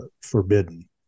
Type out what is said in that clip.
Forbidden